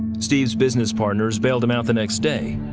steve's business partners bailed him out the next day,